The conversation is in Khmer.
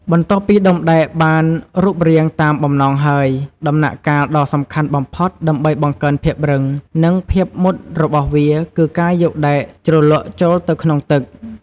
បន្ទាប់ពីដុំដែកបានរូបរាងតាមបំណងហើយ ដំណាក់កាលដ៏សំខាន់បំផុតដើម្បីបង្កើនភាពរឹង និងភាពមុតរបស់វាគឺការយកដែកជ្រលក់ចូលទៅក្នុងទឹក។